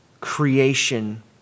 creation